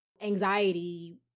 anxiety